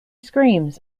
screams